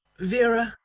vera,